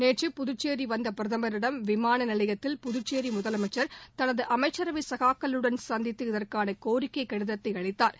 நேற்று புதுச்சேரி வந்த பிரதமிடம் விமான நிலையத்தில் புதுச்சேரி முதலமைச்ச் தனது அமைச்சரவை சகாக்களுடன் சந்தித்து இதற்கான கோரிக்கை கடிதத்தை அளித்தாா்